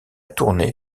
tournée